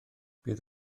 bydd